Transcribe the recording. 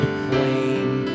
flame